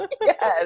Yes